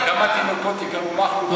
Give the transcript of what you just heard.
כמה תינוקות ייקראו מכלוף,